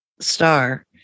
star